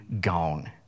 gone